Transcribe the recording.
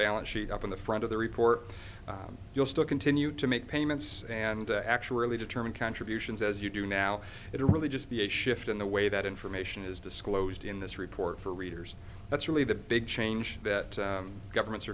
balance sheet up in the front of the report you'll still continue to make payments and to actually determine contributions as you do now it really just be a shift in the way that information is disclosed in this report for readers that's really the big change that governments